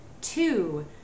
two